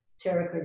Tara